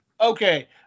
Okay